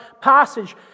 passage